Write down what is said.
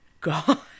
God